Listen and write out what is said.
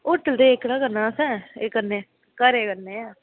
hotel ते एह्कड़ा करना असें एह् कन्नै घरै कन्नै